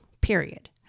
period